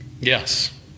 Yes